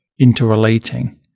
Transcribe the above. interrelating